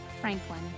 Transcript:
Franklin